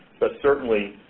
but certainly,